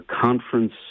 conference